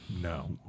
No